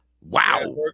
Wow